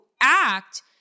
act